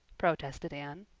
protested anne.